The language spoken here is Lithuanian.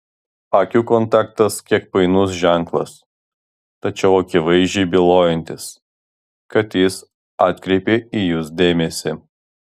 akių kontaktas kiek painus ženklas tačiau akivaizdžiai bylojantis kad jis atkreipė į jus dėmesį